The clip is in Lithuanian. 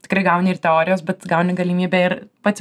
tikrai gauni ir teorijos bet tu gauni galimybę ir pats